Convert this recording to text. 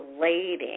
relating